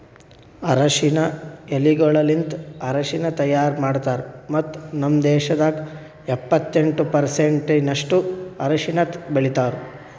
ಅರಶಿನ ಎಲಿಗೊಳಲಿಂತ್ ಅರಶಿನ ತೈಯಾರ್ ಮಾಡ್ತಾರ್ ಮತ್ತ ನಮ್ ದೇಶದಾಗ್ ಎಪ್ಪತ್ತೆಂಟು ಪರ್ಸೆಂಟಿನಷ್ಟು ಅರಶಿನ ಬೆಳಿತಾರ್